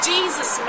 Jesus